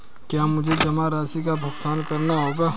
क्या मुझे जमा राशि का भुगतान करना होगा?